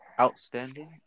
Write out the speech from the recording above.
outstanding